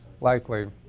likely